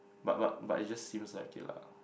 but but but it just seems like it lah